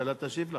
שהממשלה תשיב לך.